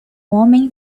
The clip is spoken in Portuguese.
homem